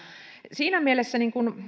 siinä mielessä